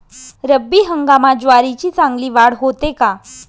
रब्बी हंगामात ज्वारीची चांगली वाढ होते का?